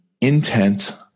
intent